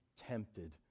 tempted